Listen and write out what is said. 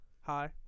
Hi